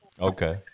Okay